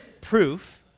proof